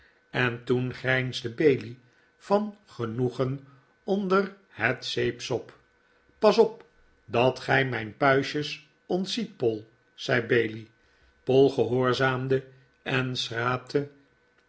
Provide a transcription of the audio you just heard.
en toen grijnsde bailey van genoegen onder het zeepsop pas op dat gij mijn puistjes ontziet poll zei bailey poll gehoorzaamde en schraapte